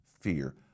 fear